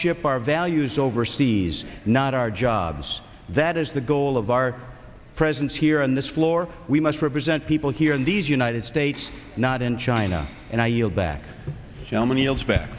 ship our values overseas not our jobs that is the goal of our presence here on this floor we must represent people here in these united states not in china and i yield back